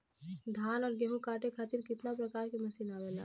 धान और गेहूँ कांटे खातीर कितना प्रकार के मशीन आवेला?